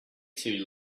too